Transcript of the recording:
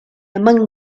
among